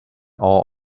all